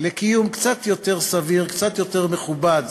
לקיום קצת יותר סביר, קצת יותר מכובד,